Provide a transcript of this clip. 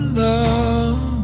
love